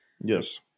yes